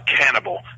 cannibal